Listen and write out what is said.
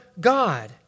God